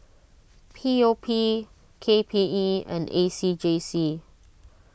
P O P K P E and A C J C